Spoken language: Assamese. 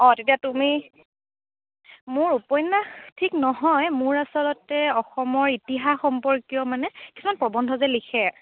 অ' তেতিয়া তুমি মোৰ উপন্যাস ঠিক নহয় মোৰ আছলতে অসমৰ ইতিহাস সম্পৰ্কীয় মানে কিছুমান প্ৰবন্ধ যে লিখে